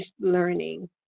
learning